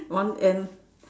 one end